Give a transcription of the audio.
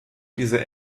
diese